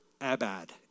abad